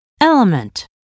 element